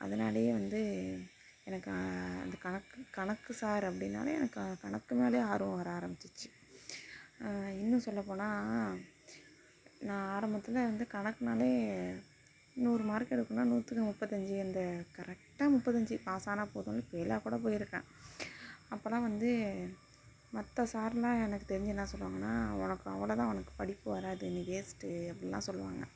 அதனாலையே வந்து எனக்கு அந்த கணக்கு கணக்கு சார் அப்படினோன்னே எனக்கு கணக்கு மேலேயே ஆர்வம் வர ஆரமிச்சிச்சு இன்னும் சொல்லப் போனால் நான் ஆரம்பத்தில் வந்து கணக்குனாலே நூறு மார்க் எடுக்கணும்னா நூற்றுக்கு முப்பத்தஞ்சி அந்த கரெக்டாக முப்பத்தஞ்சு பாஸ் ஆனால் போதும்னு ஃபெயிலாக் கூட போயிருக்கேன் அப்போலாம் வந்து மற்ற சார்லாம் எனக்கு தெரிஞ்சு என்ன சொல்லுவாங்கன்னால் உனக்கு அவ்வளோ தான்உனக்கு படிப்பு வராது நீ வேஸ்ட்டு அப்படின்லாம் சொல்லுவாங்கள்